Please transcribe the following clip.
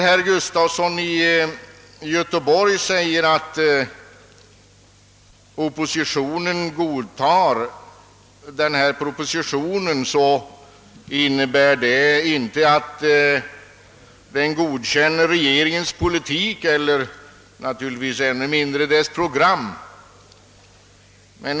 Herr Gustafson i Göteborg sade att oppositionen godtar denna proposition, men att det inte innebär att man godkänner regeringens politik — och naturligtvis ännu mindre regeringens program.